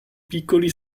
piccoli